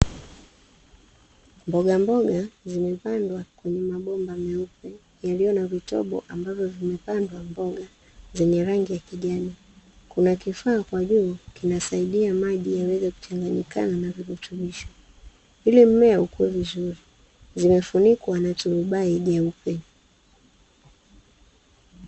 Mbogamboga zimepandwa kwenye mabomba meupe yaliyo na vitobo ambavyo vimepandwa mboga zenye rangi ya kijani. Kuna kifaa kwa juu kinasaidia maji yaweze kuchanganyikana na virutubisho ili mmea ukue vizuri, zimefunikwa na turubai jeupe.